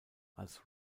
als